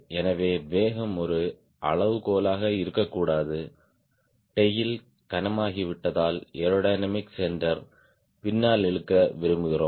எனவே வேகம் ஒரு அளவுகோலாக இருக்கக்கூடாது டேய்ல் கனமாகிவிட்டதால் ஏரோடைனமிக் சென்டர் பின்னால் இழுக்க விரும்புகிறோம்